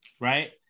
right